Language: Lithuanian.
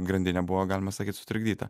grandinė buvo galima sakyt sutrikdyta